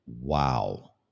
wow